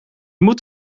moet